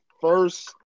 first